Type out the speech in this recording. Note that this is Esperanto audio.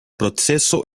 proceso